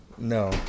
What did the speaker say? No